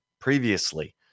previously